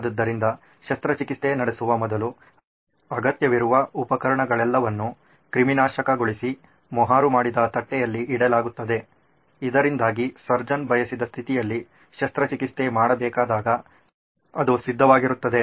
ಆದ್ದರಿಂದ ಶಸ್ತ್ರಚಿಕಿತ್ಸೆ ನಡೆಸುವ ಮೊದಲು ಅಗತ್ಯವಿರುವ ಉಪಕರಣಗಳೆಲ್ಲವನ್ನೂ ಕ್ರಿಮಿನಾಶಕಗೊಳಿಸಿ ಮೊಹರು ಮಾಡಿದ ತಟ್ಟೆಯಲ್ಲಿ ಇಡಲಾಗುತ್ತದೆ ಇದರಿಂದಾಗಿ ಸರ್ಜನ್ ಬಯಸಿದ ಸ್ಥಿತಿಯಲ್ಲಿ ಶಸ್ತ್ರಚಿಕಿತ್ಸೆ ಮಾಡಬೇಕಾದಾಗ ಅದು ಸಿದ್ಧವಾಗಿರುತ್ತದೆ